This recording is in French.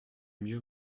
mieux